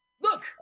look